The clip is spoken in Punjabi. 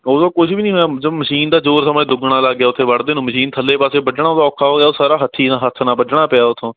ਉਦੋਂ ਕੁਛ ਵੀ ਨਹੀਂ ਹੋਇਆ ਜੋ ਮਸ਼ੀਨ ਦਾ ਜ਼ੋਰ ਸਮਾਂ ਦੁੱਗਣਾ ਲੱਗ ਗਿਆ ਉੱਥੇ ਵੱਢਦੇ ਨੂੰ ਮਸ਼ੀਨ ਥੱਲੇ ਪਾਸੇ ਵੱਢਣਾ ਉਹਦਾ ਔਖਾ ਹੋ ਗਿਆ ਉਹ ਸਾਰਾ ਹੱਥੀਂ ਨਾਲ ਹੱਥ ਨਾਲ ਵੱਢਣਾ ਪਿਆ ਉੱਥੋਂ